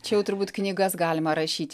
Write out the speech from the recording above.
čia jau turbūt knygas galima rašyt